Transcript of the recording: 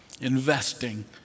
investing